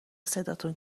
صداتون